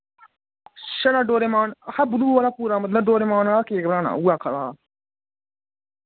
छड़ा डोरेमान आखै ब्लू आह्ला पूरा मतलब डोरेमान आह्ला केक बनाना उ'यै आखै दा हा